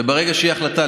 וברגע שתהיה החלטה,